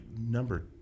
number